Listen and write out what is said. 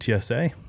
TSA